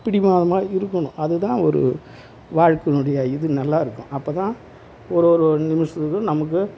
பிடிவாதமாக இருக்கணும் அது தான் ஒரு வாழ்க்கையினுடைய இது நல்லா இருக்கும் அப்போ தான் ஒரு ஒரு ஒரு நிமிஷமும் நமக்கு